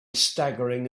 staggering